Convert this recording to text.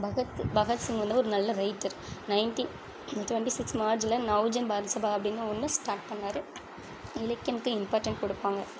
பகத் பகத்சிங் வந்து ஒரு நல்ல ரைட்டர் நைன்ட்டி டுவென்டி சிக்ஸ் மார்ச்சில் நவுஜன் பாரதசபா அப்படின்னு ஒன்று ஸ்டார்ட் பண்ணார் இலக்கியத்திக்கும் இம்பார்ட்டண்ட் கொடுப்பாங்க